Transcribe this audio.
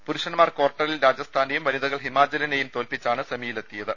പുരുഷന്മാർ കാർട്ടറിൽ രാജ സ്ഥാനെയും വനിതകൾ ഹിമാചലിനെയും തോൽപ്പിച്ചാണ് സെമി യിലെത്തിയത്